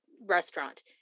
restaurant